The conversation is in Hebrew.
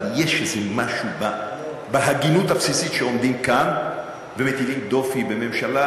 אבל יש משהו בהגינות הבסיסית כשעומדים כאן ומטילים דופי בממשלה